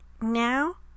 now